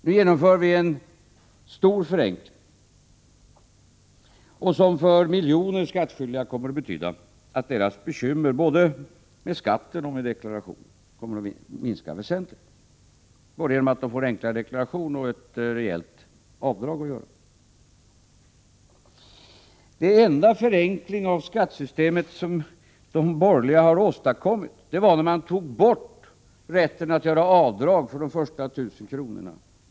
Nu genomför vi en stor förenkling, som för miljoner skattskyldiga kommer att betyda att deras bekymmer både med skatten och med deklarationen kommer att minska väsentligt, genom att de både får enklare deklaration och ett rejält avdrag att göra. Den enda förenkling av skattesystemet som de borgerliga har åstadkommit var när de tog bort rätten att göra avdrag för det första 1 000 kr.